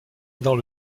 dans